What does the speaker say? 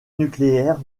nucléaire